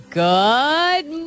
good